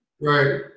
Right